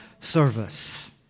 service